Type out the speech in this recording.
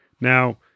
now